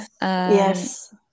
Yes